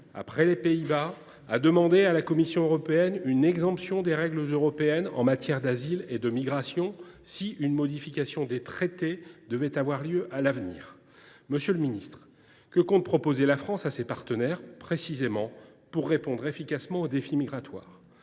après les Pays Bas, a demandé à la Commission européenne une exemption des règles européennes en matière d’asile et de migration si une modification des traités devait avoir lieu à l’avenir. Monsieur le ministre, que compte proposer la France à ses partenaires, précisément, pour répondre efficacement au défi migratoire ?